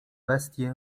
bestie